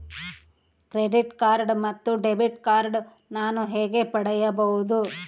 Credit card ಮತ್ತು debit card ನಾನು ಹೇಗೆ ಪಡೆಯಬಹುದು?